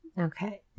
Okay